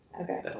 Okay